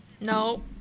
No